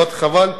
מאוד חבל.